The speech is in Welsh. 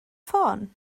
ffôn